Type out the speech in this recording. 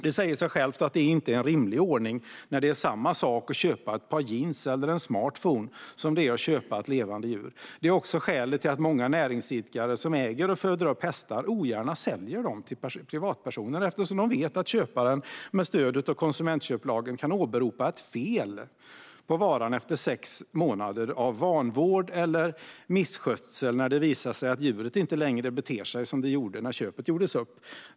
Det säger sig självt att det inte är en rimlig ordning när det är samma sak att köpa ett par jeans eller en smartphone som det är att köpa ett levande djur. Det är också skälet till att många näringsidkare som äger och föder upp hästar ogärna säljer dem till privatpersoner. De vet att köparen med stöd av konsumentköplagen kan åberopa ett "fel" på varan efter sex månader av vanvård eller misskötsel, när det visar sig att djuret inte längre beter sig som det gjorde när köpet gjordes upp.